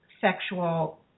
sexual